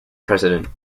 president